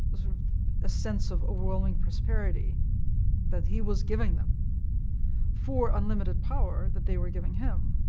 sort of a sense of overwhelming prosperity that he was giving them for unlimited power that they were giving him,